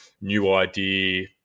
new-idea